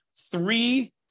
three